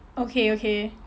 okay okay